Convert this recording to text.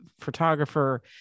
photographer